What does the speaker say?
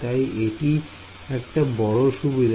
তাই এটি একটি বড় সুবিধা